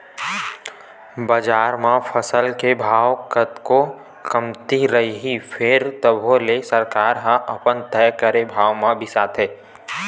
बजार म फसल के भाव कतको कमती रइही फेर तभो ले सरकार ह अपन तय करे भाव म बिसाथे